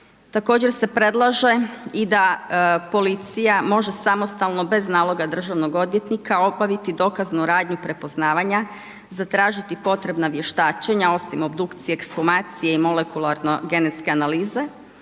Također se predlaže i da policija može samostalno bez naloga državnog odvjetnika obaviti dokaznu radnju prepoznavanja, zatražiti potrebna vještačenja osim obdukcije, ekshumacije i molekularno genetske analize